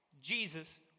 Jesus